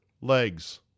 legs